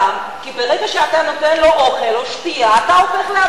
כי ברגע שאתה נותן לו אוכל או שתייה אתה הופך לעבריין.